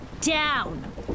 Down